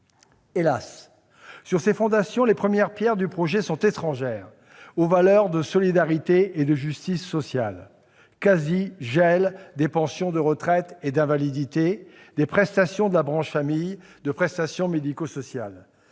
Hélas, sur ces fondations, les premières pierres du projet sont étrangères aux valeurs de solidarité et de justice sociale : quasi-gel des pensions de retraite et d'invalidité, des prestations de la branche famille comme des prestations médico-sociales.